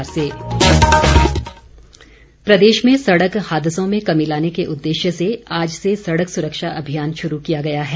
सड़क सुरक्षा प्रदेश में सड़क हादसों में कमी लाने के उद्देश्य से आज से सड़क सुरक्षा अभियान शुरू किया गया है